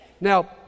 Now